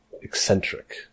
eccentric